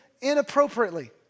inappropriately